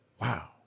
Wow